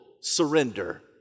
surrender